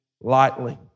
lightly